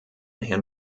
herrn